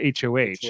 hoh